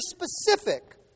specific